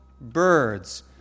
birds